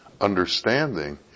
understanding